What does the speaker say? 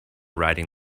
riding